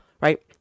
right